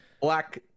black